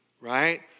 right